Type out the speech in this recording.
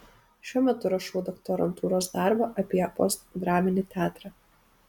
šiuo metu rašau doktorantūros darbą apie postdraminį teatrą